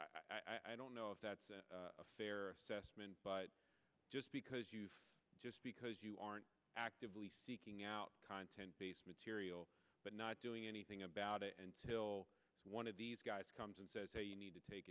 mean i don't know if that's a fair assessment but just because you've just because you aren't actively seeking out content based material but not doing anything about it until one of these guys comes and says hey you need to take